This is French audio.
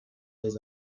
les